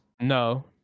No